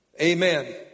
Amen